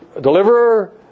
deliverer